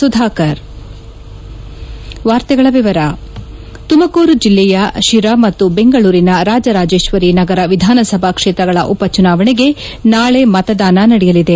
ಸುಧಾಕರ್ ತುಮಕೂರು ಜಿಲ್ಲೆಯ ಶಿರಾ ಮತ್ತು ಬೆಂಗಳೂರಿನ ರಾಜರಾಜೇಶ್ವರಿ ನಗರ ವಿಧಾನಸಭಾ ಕ್ಷೇತ್ರಗಳ ಉಪಚುನಾವಣೆಗೆ ನಾಳೆ ಮತದಾನ ನಡೆಯಲಿದೆ